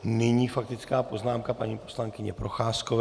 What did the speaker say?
Nyní faktická poznámka paní poslankyně Procházkové.